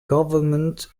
government